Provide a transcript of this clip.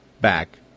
back